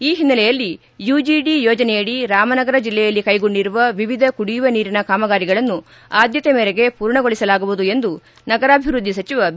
ಈ ಹಿನ್ನೆಲೆಯಲ್ಲಿ ಯುಜಡಿ ಯೋಜನೆಯಡಿ ರಾಮನಗರ ಜಿಲ್ಲೆಯಲ್ಲಿ ಕೈಗೊಂಡಿರುವ ವಿವಿಧ ಕುಡಿಯುವ ನೀರಿನ ಕಾಮಗಾರಿಗಳನ್ನು ಆದ್ದತೆ ಮೇರೆಗೆ ಪೂರ್ಣಗೊಳಸಲಾಗುವುದು ಎಂದು ನಗರಾಭಿವೃದ್ದಿ ಸಚಿವ ಬಿ